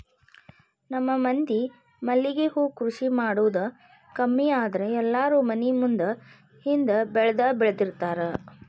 ನಮ್ಮ ಮಂದಿ ಮಲ್ಲಿಗೆ ಹೂ ಕೃಷಿ ಮಾಡುದ ಕಮ್ಮಿ ಆದ್ರ ಎಲ್ಲಾರೂ ಮನಿ ಮುಂದ ಹಿಂದ ಬೆಳ್ದಬೆಳ್ದಿರ್ತಾರ